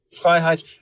Freiheit